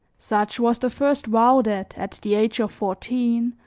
such was the first vow that, at the age of fourteen,